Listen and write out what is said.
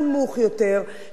והתפשרו,